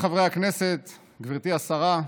חבריי חברי הכנסת, גברתי השרה,